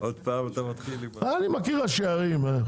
אני מכיר ראשי ערים,